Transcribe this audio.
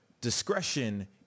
discretion